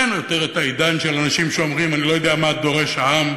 אין עוד את העידן של אנשים שאומרים: אני לא יודע מה דורש העם,